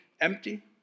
empty